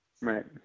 Right